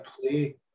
play